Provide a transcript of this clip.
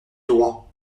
droit